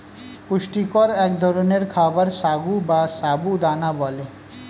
পুষ্টিকর এক ধরনের খাবার সাগু বা সাবু দানা বলে